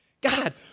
God